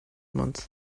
month